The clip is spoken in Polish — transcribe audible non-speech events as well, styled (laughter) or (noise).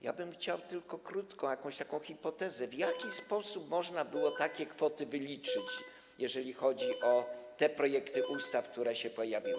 Ja bym chciał tylko poznać jakąś taką hipotezę, (noise) w jaki sposób można było takie kwoty wyliczyć, jeżeli chodzi o te projekty ustaw, które się pojawiły.